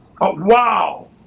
wow